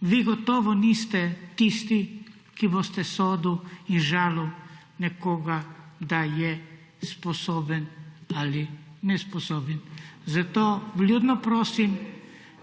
vi gotovo niste tisti, ki boste sodili in žalili nekoga, da je sposoben ali nesposoben. Zato vljudno prosim,